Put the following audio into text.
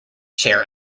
chair